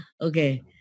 okay